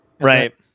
Right